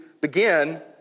begin